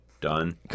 done